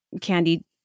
Candy